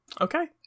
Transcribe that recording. Okay